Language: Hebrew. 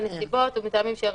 בנסיבות ומטעמים שיירשמו.